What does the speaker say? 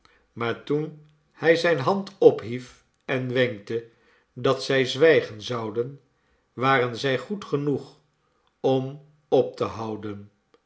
maar toen hij zijne hand ophief en wenkte dat zij zwijgen zouden waren zij goed genoeg om op te houden